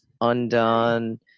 undone